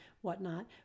whatnot